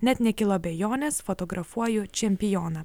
net nekilo abejonės fotografuoju čempioną